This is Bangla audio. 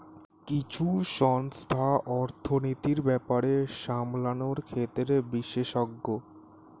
কিছু সংস্থা অর্থনীতির ব্যাপার সামলানোর ক্ষেত্রে বিশেষজ্ঞ